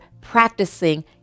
practicing